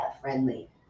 friendly